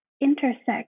intersect